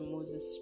Moses